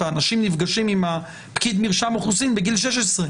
האנשים נפגשים עם פקיד מרשם האוכלוסין בגיל 16,